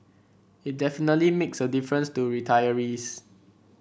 it definitely makes a difference to retirees